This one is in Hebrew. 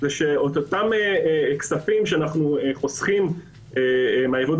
אותם כספים שאנו חוסכים על ההיוועדות